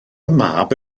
mab